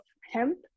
hemp